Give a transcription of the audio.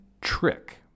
trick